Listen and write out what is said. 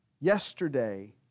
Yesterday